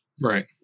Right